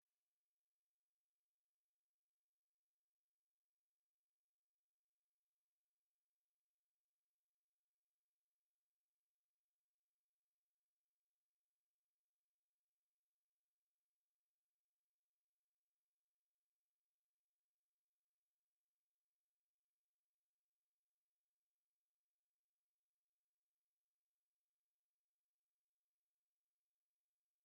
Ikibaho cyanditseho amasomo atandukanye yandikishije ikaramu y'icyatsi kibisi ariko adasomeka neza. Nubwo amagambo asa n'ayasibamye cyangwa akaba atagaragara neza, harimo inyandiko zanditse mu rurimi rw’Icyongereza, zirimo amagambo ajyanye na siyansi n’andi magambo asa nk’ayerekeye isomo ry’ibinyabuzima.